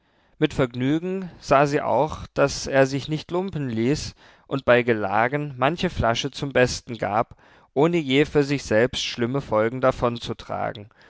mit vergnügen sah sie auch daß er sich nicht lumpen ließ und bei gelagen manche flasche zum besten gab ohne je für sich selbst schlimme folgen davonzutragen